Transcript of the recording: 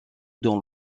dans